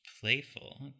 playful